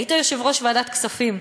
היית יושב-ראש ועדת הכספים,